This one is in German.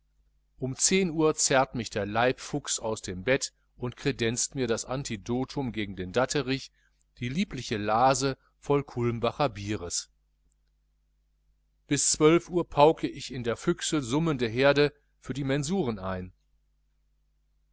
um zehn uhr zerrt mich der leibfuchs aus dem bett und kredenzt mir das antidotum gegen den datterich die liebliche lase voll culmbacher biers bis zwölf uhr pauke ich der füchse summende herde für die mensuren ein